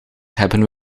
hebben